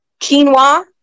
Quinoa